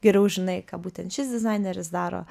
geriau žinai ką būtent šis dizaineris daro